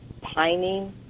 pining